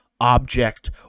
object